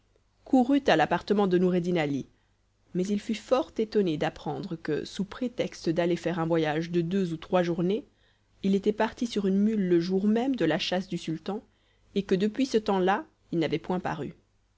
courut à l'appartement de noureddin ali mais il fut fort étonné d'apprendre que sous prétexte d'aller faire un voyage de deux ou trois journées il était parti sur une mule le jour même de la chasse du sultan et que depuis ce temps-là il n'avait point paru